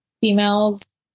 females